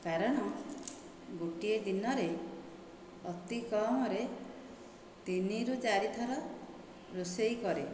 କାରଣ ଗୋଟିଏ ଦିନରେ ଅତି କମରେ ତିନିରୁ ଚାରିଥର ରୋଷେଇ କରେ